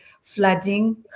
flooding